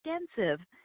extensive